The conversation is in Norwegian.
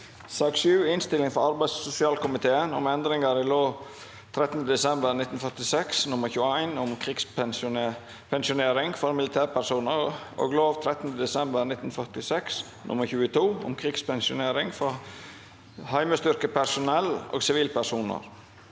mai 2024 Innstilling fra arbeids- og sosialkomiteen om Endringer i lov 13. desember 1946 nr. 21 om krigspensjonering for militærpersoner og lov 13. desember 1946 nr. 22 om krigspensjonering for hjemmestyrkepersonell og sivilpersoner